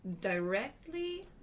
directly